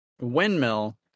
windmill